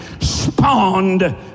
spawned